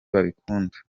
babikunda